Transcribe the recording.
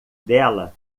dela